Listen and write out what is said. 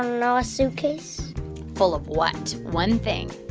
ah know a suitcase full of what one thing?